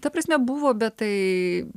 ta prasme buvo bet tai